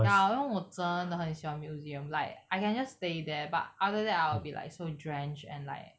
ya 因为我真的很喜欢 museum like I can just stay there but after that I will be like so drenched and like